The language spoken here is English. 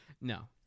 No